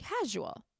casual